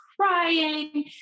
crying